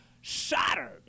shattered